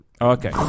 Okay